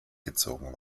gezogen